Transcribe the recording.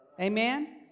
amen